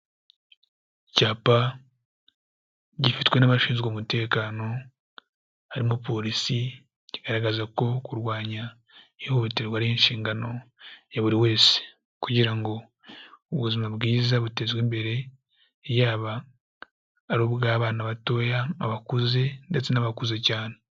Icyapa gifitwe n'abashinzwe umutekano harimo polisi, kigaragaza ko kurwanya ihohoterwa ari inshingano ya buri wese kugira ngo ubuzima bwiza butezwe imbere, yaba ari ubw'abana batoya, abakuze ndetse n'abakuze cyane.